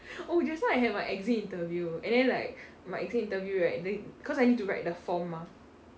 oh just now I had my exit interview and then like my exit interview right then cause I need to write the form mah